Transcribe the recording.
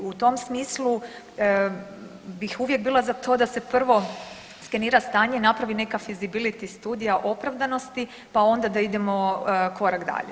U tom smislu bi uvijek bila za to da se prvo skenira stanje, napravi neka feasibility studija opravdanosti pa onda da idemo korak dalje.